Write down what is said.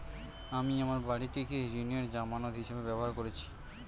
আমি আমার বাড়িটিকে ঋণের জামানত হিসাবে ব্যবহার করেছি